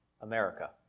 America